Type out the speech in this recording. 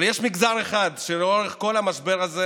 אבל יש מגזר אחד שלאורך כל המשבר הזה